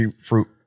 fruit